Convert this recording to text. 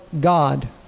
God